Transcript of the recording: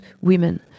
women